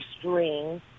string